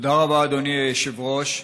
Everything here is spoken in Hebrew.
תודה רבה, אדוני היושב-ראש.